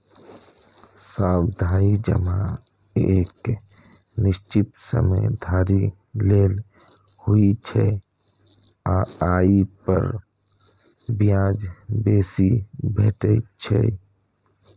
सावधि जमा एक निश्चित समय धरि लेल होइ छै आ ओइ पर ब्याज बेसी भेटै छै